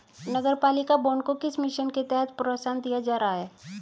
नगरपालिका बॉन्ड को किस मिशन के तहत प्रोत्साहन दिया जा रहा है?